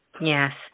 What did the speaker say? Yes